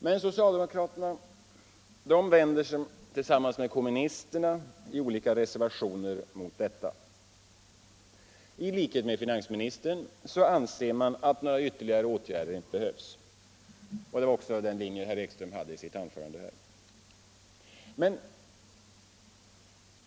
Men i olika reservationer vänder sig socialdemokraterna tillsammans med kommunisterna mot sådana åtgärder. I likhet med finansministern anser de att några ytterligare åtgärder inte behövs och det var också den ståndpunkt herr Ekström intog i sitt anförande.